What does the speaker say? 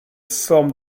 forme